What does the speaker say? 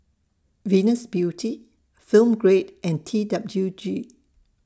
Venus Beauty Film Grade and T W G